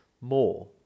more